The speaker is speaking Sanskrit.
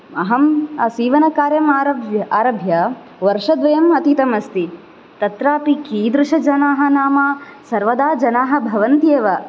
अहं सीवनकार्यम् आरभ् आरभ्यः वर्षद्वयम् अतीतम् अस्ति तत्रापि कीदृशजनाः नाम सर्वदा जनाः भवन्ति एव